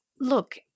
look